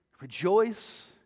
rejoice